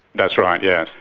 that's right, yes.